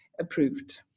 approved